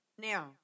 Now